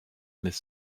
n’est